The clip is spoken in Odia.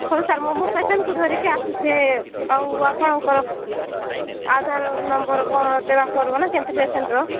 ହଉ ସାର୍ ମୁଁ ମୋ ପେସେଣ୍ଟ୍କୁ ଧରିକି ଆସୁଛି ଆଉ ଆପଣଙ୍କର ଆଧାର ନମ୍ବର୍ କ'ଣ ଦେବାକୁ ପଡ଼ିବ ନା କେମତି ପେସେଣ୍ଟ୍ର